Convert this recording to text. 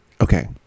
Okay